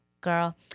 girl